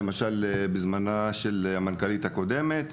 למשל בזמנה של המנכ"לית הקודמת.